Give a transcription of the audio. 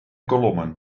kolommen